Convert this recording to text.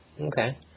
okay